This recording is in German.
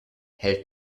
hält